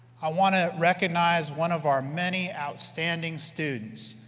i want to recognize one of our many outstanding students,